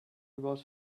vols